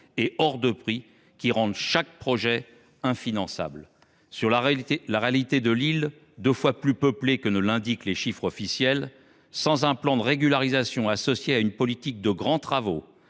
et hors de prix qui rendent chaque projet infinançable. « Dans la réalité, l’île est deux fois plus peuplée que ne l’indiquent les chiffres officiels. Sans un plan de régularisation associé à une politique de grands travaux,